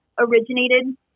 originated